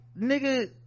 nigga